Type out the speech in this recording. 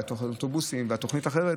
אוטובוסים ותוכנית אחרת.